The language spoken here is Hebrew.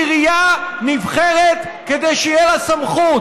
עירייה נבחרת כדי שתהיה לה סמכות,